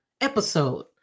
episode